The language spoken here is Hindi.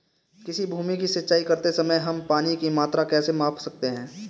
किसी भूमि की सिंचाई करते समय हम पानी की मात्रा कैसे माप सकते हैं?